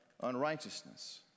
unrighteousness